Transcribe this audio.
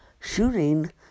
shooting